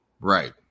Right